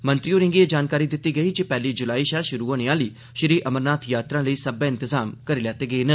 मंत्री होरें गी ए बी जानकारी दिती गेई जे पैहली जुलाई शा शुरु होने आली श्री अमरनाथ यात्रा लेई सब्बै इंतजाम करी लैते गे न